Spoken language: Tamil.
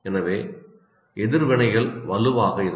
எனவே எதிர்வினைகள் வலுவாக இருக்கும்